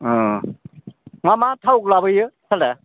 अ मा मा थाव लाबोयो सालथे